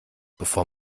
bevor